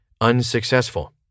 unsuccessful